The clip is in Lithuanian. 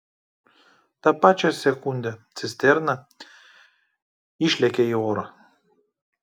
tą pačią sekundę cisterna išlekia į orą